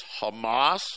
Hamas